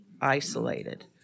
isolated